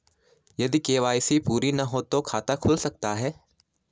यदि के.वाई.सी पूरी ना हो तो खाता खुल सकता है?